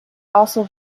also